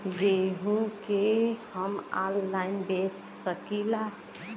गेहूँ के हम ऑनलाइन बेंच सकी ला?